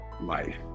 life